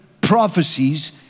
prophecies